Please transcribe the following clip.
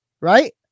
right